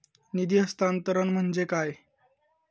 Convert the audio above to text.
निधी हस्तांतरण म्हणजे काय?